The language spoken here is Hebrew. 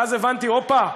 ואז הבנתי: הופה,